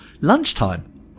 lunchtime